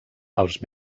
als